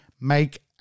make